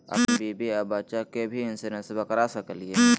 अपन बीबी आ बच्चा के भी इंसोरेंसबा करा सकली हय?